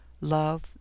love